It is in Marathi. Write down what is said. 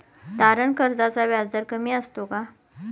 तारण कर्जाचा व्याजदर कमी असतो का?